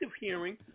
hearing